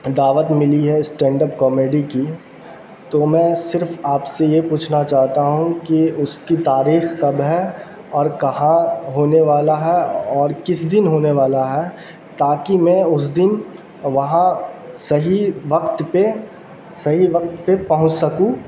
دعوت ملی ہے اسٹینڈ اپ کامیڈی کی تو میں صرف آپ سے یہ پوچھنا چاہتا ہوں کہ اس کی تاریخ کب ہے اور کہاں ہونے والا ہے اور کس دن ہونے والا ہے تاکہ میں اس دن وہاں صحیح وقت پہ صحیح وقت پہ پہنچ سکوں